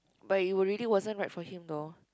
but you were really wasn't right for him though